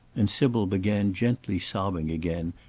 and sybil began gently sobbing again,